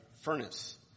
furnace